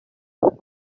monon